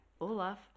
Olaf